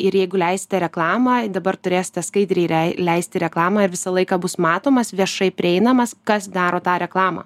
ir jeigu leisite reklamą dabar turėsite skaidriai rei leisti reklamą ir visą laiką bus matomas viešai prieinamas kas daro tą reklamą